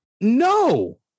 No